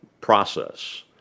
process